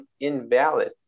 invalid